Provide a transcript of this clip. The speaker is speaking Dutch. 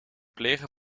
plegen